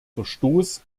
verstoß